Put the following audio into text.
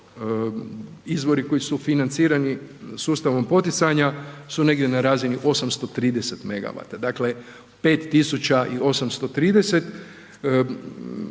izvori koji su financirani sustavom poticanja su negdje na razini 830 Megavata. Dakle, 5.830,